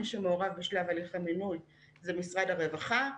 מי שמעורב בשלב הליך המינוי הוא משרד הרווחה,